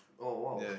oh !wow!